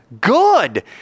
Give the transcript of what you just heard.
good